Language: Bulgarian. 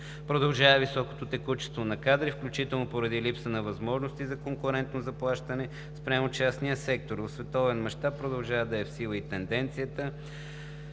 Продължава високото текучество на кадри, включително поради липса на възможности за конкурентно заплащане спрямо частния сектор. В световен мащаб продължава да е в сила тенденцията